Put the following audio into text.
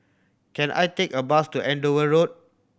can I take a bus to Andover Road